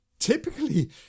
Typically